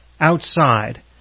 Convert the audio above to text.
outside